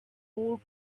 all